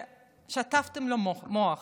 ששטפתם לו את המוח